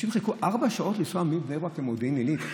אנשים חיכו ארבע שעות לנסוע מבני ברק למודיעין עילית.